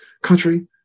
country